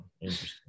interesting